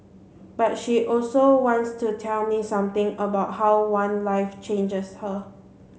but she also wants to tell me something about how one life changes her